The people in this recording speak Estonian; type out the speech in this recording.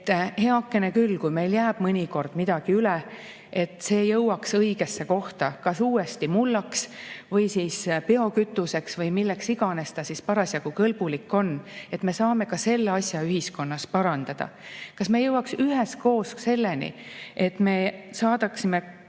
heakene küll, kui meil jääb mõnikord midagi üle, siis see jõuab õigesse kohta, kas uuesti mullaks, biokütuseks või milleks iganes see parasjagu kõlbulik on, et me saame selle asja ühiskonnas parandada? Kas me jõuaks üheskoos selleni, et me saaksime